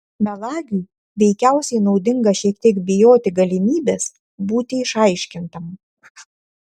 melagiui veikiausiai naudinga šiek tiek bijoti galimybės būti išaiškintam